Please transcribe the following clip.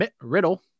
riddle